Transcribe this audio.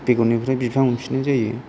बेगरनिफ्राय बिफां मोनफिननाय जायो